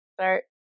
Start